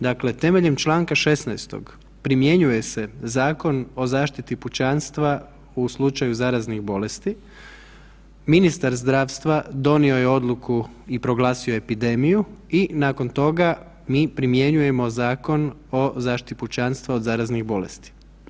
Dakle temeljem čl. 16. primjenjuje se Zakon o zaštiti pučanstva u slučaju zaraznih bolesti, ministar zdravstva donio je odluku i proglasio epidemiju i nakon tog mi primjenjujemo Zakon o zaštiti pučanstva od zaraznih bolesti.